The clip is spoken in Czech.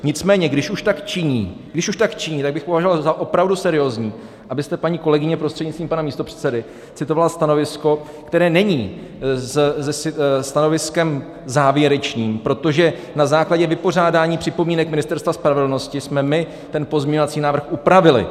Nicméně když už tak činí, když už tak činí, tak bych považoval za opravdu seriózní, abyste, paní kolegyně prostřednictvím pane místopředsedy, citovala stanovisko, které není stanoviskem závěrečným, protože na základě vypořádání připomínek Ministerstva spravedlnosti jsme my ten pozměňovací návrh upravili.